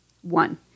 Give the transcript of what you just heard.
One